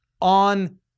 on